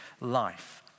life